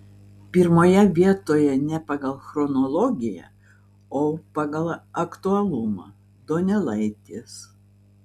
pirmoje vietoje ne pagal chronologiją o pagal aktualumą donelaitis